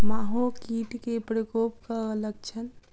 माहो कीट केँ प्रकोपक लक्षण?